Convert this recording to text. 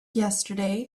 yesterday